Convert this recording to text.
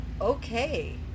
okay